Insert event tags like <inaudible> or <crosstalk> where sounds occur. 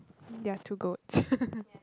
there're two goats <laughs>